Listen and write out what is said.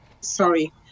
sorry